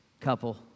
couple